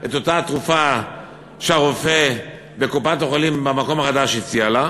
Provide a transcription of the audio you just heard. את אותה תרופה שהרופא בקופת-החולים החדשה הציע לה,